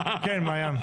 כן מעיין.